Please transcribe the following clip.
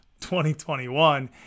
2021